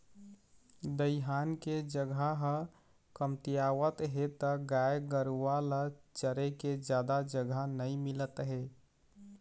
दइहान के जघा ह कमतियावत हे त गाय गरूवा ल चरे के जादा जघा नइ मिलत हे